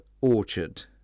orchard